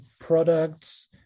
products